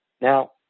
Now